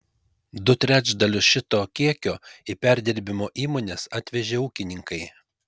du trečdalius šito kiekio į perdirbimo įmones atvežė ūkininkai